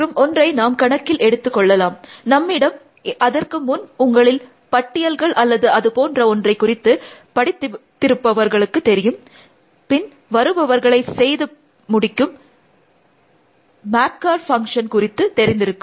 மற்றும் ஒன்றை நாம் கணக்கில் எடுத்து கொள்ளலாம் நம்மிடம் அதற்கு முன் உங்களில் பட்டியல்கள் அல்லது அது போன்ற ஒன்றை குறித்து படித்திருப்பவர்களுக்கு தெரியும் பின் வருபவர்களை செய்து முடிக்கும் மேப்கர் செயல்பாடு குறித்தது தெரிந்திருக்கும்